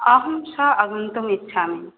अहं श्वः आगन्तुमिच्छामि